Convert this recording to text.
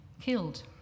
killed